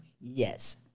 yes